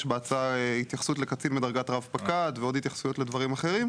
יש בהצעה התייחסות לקצין בדרגת רב פקד ועוד התייחסויות לדברים אחרים,